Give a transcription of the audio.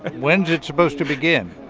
when's it supposed to begin?